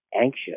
anxious